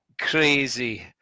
crazy